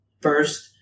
First